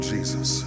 Jesus